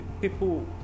people